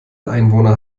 einwohner